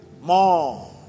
More